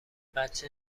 بچه